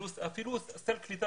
אפילו לא סל קליטה.